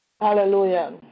Hallelujah